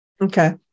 Okay